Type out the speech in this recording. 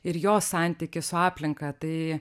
ir jos santykį su aplinka tai